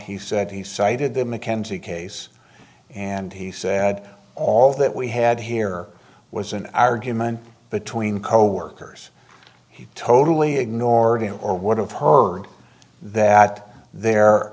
he said he cited the mckenzie case and he said all that we had here was an argument between coworkers he totally ignored him or would have heard that there